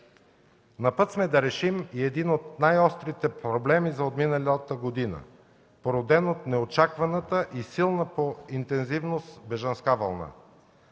На път сме да решим и един от най-острите проблеми на отминалата година, породен от неочакваната и силна по интензивност бежанска вълна.